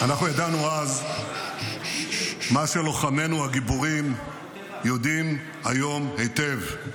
אנחנו ידענו אז את מה שלוחמינו הגיבורים יודעים היום היטב,